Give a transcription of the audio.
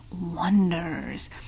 wonders